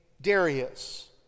Darius